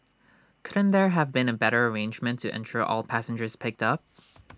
couldn't there have been A better arrangement to ensure all passengers picked up